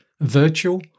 virtual